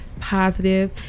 positive